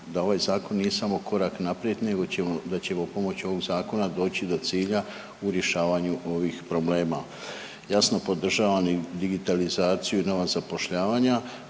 da ovaj zakon nije samo korak naprijed nego da ćemo pomoću ovog zakona doći do cilja u rješavanju ovih problema. Jasno podržavam i digitalizaciju i nova zapošljavanja